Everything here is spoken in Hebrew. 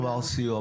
הינה, כבר סיוע.